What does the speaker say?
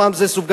פעם זה סופגניות,